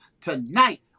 tonight